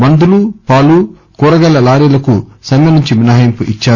మందులు పాలు కూరగాయల లారీలకు సమ్మె నుంచి మినహాయింపు ఇచ్చారు